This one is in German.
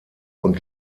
und